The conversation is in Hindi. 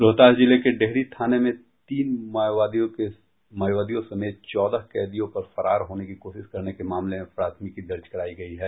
रोहतास जिले के डेहरी थाने में तीन माओवादियों समेत चौदह कैदियों पर फरार होने की कोशिश करने के मामले में प्राथमिकी दर्ज करायी गयी है